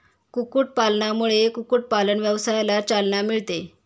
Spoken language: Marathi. कुक्कुटपालनामुळे कुक्कुटपालन व्यवसायाला चालना मिळते